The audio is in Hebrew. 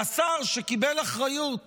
והשר, שקיבל אחריות